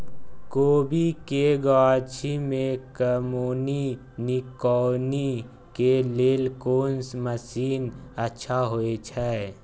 कोबी के गाछी में कमोनी निकौनी के लेल कोन मसीन अच्छा होय छै?